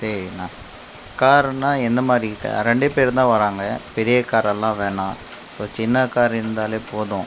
சரிண்ணா காருனா எந்தமாதிரி ரெண்டேபேர்தான் வர்றாங்க பெரிய காரெல்லாம் வேணாம் இப்போ சின்ன கார் இருந்தாலே போதும்